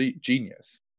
genius